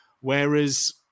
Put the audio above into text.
whereas